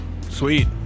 Sweet